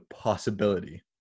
possibility